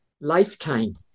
lifetime